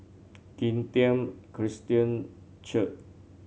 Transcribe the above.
Kim Tian Christian Church